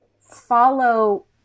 follow